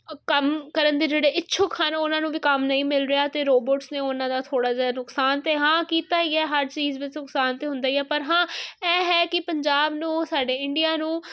ਕੰਮ ਕਰਨ ਦੇ ਜਿਹੜੇ ਇੱਛੁੱਕ ਹਨ ਉਹਨਾਂ ਨੂੰ ਵੀ ਕੰਮ ਨਹੀਂ ਮਿਲ ਰਿਹਾ ਤੇ ਰੋਬੋਟਸ ਨੇ ਉਹਨਾਂ ਦਾ ਥੋੜਾ ਜਿਹਾ ਨੁਕਸਾਨ ਤੇ ਹਾਂ ਕੀਤਾ ਗਿਆ ਹਰ ਚੀਜ਼ ਵਿੱਚ ਨੁਕਸਾਨ ਤੇ ਹੁੰਦਾ ਹੀ ਆ ਪਰ ਹਾਂ ਇਹ ਹੈ ਕਿ ਪੰਜਾਬ ਨੂੰ ਸਾਡੇ ਇੰਡੀਆ ਨੂੰ